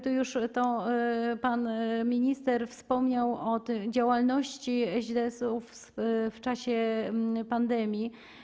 Tu już pan minister wspomniał o działalności ŚDS-ów w czasie pandemii.